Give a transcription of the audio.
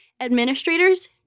Administrators